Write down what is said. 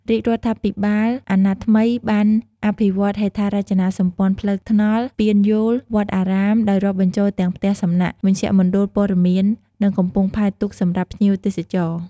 រាជរដ្ឋាភិបាលអណត្តិថ្មីបាន អភិវឌ្ឍន៍ហេដ្ឋារចនាសម្ព័ន្ធផ្លូវថ្នល់ ស្ពានយោល វត្តអារាម ដោយរាប់បញ្ចូលទាំងផ្ទះសំណាក់ មជ្ឈមណ្ឌលព័ត៌មាន និងកំពង់ផែទូកសម្រាប់ភ្ញៀវទេសចរ។